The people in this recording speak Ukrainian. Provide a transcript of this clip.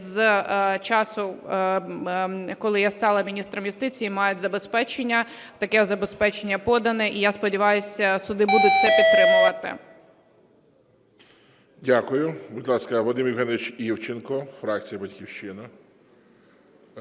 з часу, коли я стала міністром юстиції, мають забезпечення, таке забезпечення подано. І я сподіваюся, суди будуть це підтримувати. ГОЛОВУЮЧИЙ. Дякую. Будь ласка, Вадим Євгенович Івченко, фракція "Батьківщина".